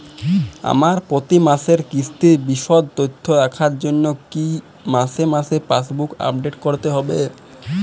আমার প্রতি মাসের কিস্তির বিশদ তথ্য রাখার জন্য কি মাসে মাসে পাসবুক আপডেট করতে হবে?